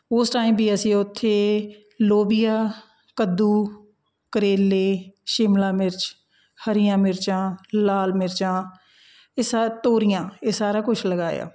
ਉਸ ਟਾਈਮ ਵੀ ਅਸੀਂ ਉੱਥੇ ਲੋਬੀਆ ਕੱਦੂ ਕਰੇਲੇ ਸ਼ਿਮਲਾ ਮਿਰਚ ਹਰੀਆਂ ਮਿਰਚਾਂ ਲਾਲ ਮਿਰਚਾਂ ਇਹ ਸਾ ਤੋਰੀਆਂ ਇਹ ਸਾਰਾ ਕੁਛ ਲਗਾਇਆ